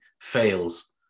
fails